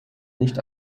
nicht